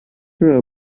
her